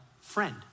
friend